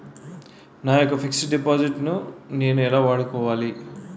నా యెక్క fixed deposit ను నేను ఎలా వాడుకోవాలి?